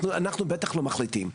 אנחנו בטח לא מחליטים,